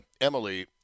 Emily